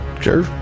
Sure